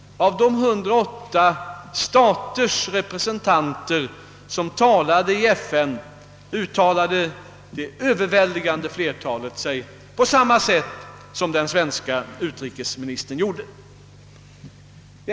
Av de 108 statsrepresentanter som talat i FN uttalade sig det överväldigande flertalet på samma sätt som den svenske utrikesministern gjorde.